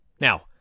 Now